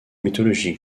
mythologie